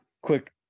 quick